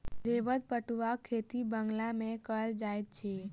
श्वेत पटुआक खेती बंगाल मे कयल जाइत अछि